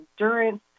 endurance